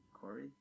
Corey